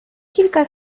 kilka